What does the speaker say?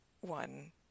one